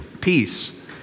Peace